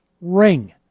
ring